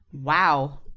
Wow